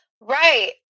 Right